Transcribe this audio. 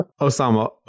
Osama